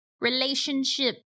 relationship